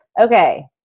okay